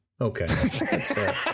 Okay